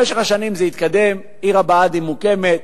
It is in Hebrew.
במשך השנים זה התקדם, עיר הבה"דים מוקמת,